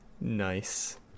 Nice